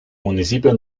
municipio